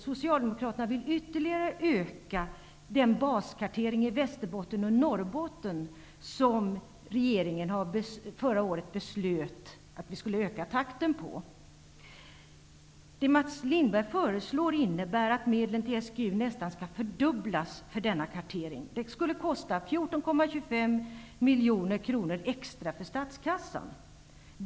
Socialdemokraterna vill ytterligare öka den baskartering i Västerbotten och Norrbotten som regeringen förra året beslöt att öka takten på. Det Mats Lindberg föreslår är att medlen till SGU för denna kartering skall fördubblas. Det skulle kosta 14,25 miljoner kronor extra för statskassan.